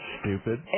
stupid